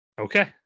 Okay